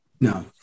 No